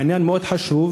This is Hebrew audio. העניין מאוד חשוב,